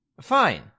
fine